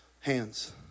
Hands